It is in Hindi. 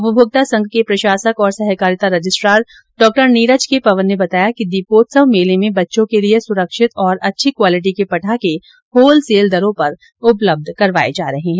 उपभोक्ता संघ के प्रशासक और सहकारिता registrar Dr Neeraj K Pawan ने बताया कि दीपोत्सव मेले में बच्चों के लिए सुरक्षित और अच्छी क्वालिटी के पटाखे होलसेल दरों पर उपलब्ध करवाये जा रहे है